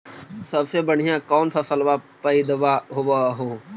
सबसे बढ़िया कौन फसलबा पइदबा होब हो?